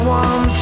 one